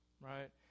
Right